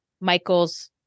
Michael's